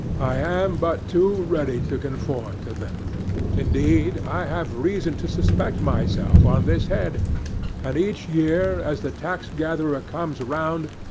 i am but too ready to conform to them indeed, i have reason to suspect myself on this head and each year, as the tax-gatherer comes round,